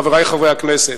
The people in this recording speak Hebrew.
חברי חברי הכנסת,